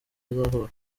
azahura